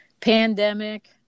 pandemic